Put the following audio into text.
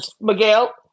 Miguel